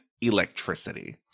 Electricity